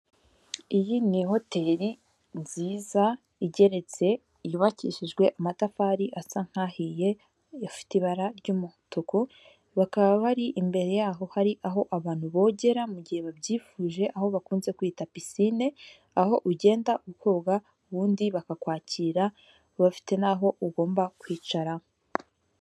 Iyi ni hoteri nziza igeretse yubakishijwe amatafari asa nk'ahiye afite ibara ry'umutuku, bakaba bari imbere yaho hari aho abantu bogera gihe babyifuje, aho bakunze kwita pisine aho ugenda koga ubundi bakakwakira, bafite n'aho ugomba kwicara.